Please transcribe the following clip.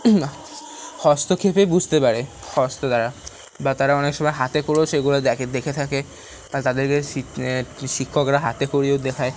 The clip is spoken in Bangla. হস্তক্ষেপে বুঝতে পারে হস্ত দ্বারা বা তারা অনেক সময় হাতে করেও সেগুলো দ্যাখে দেখে থাকে বা তাদেরকে শিক্ষক শিক্ষকরা হাতে করিয়েও দেখায়